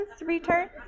Return